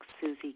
Susie